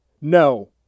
No